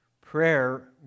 Prayer